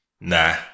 Nah